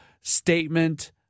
statement